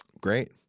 Great